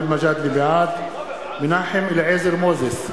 בעד מנחם אליעזר מוזס,